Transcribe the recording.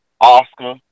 Oscar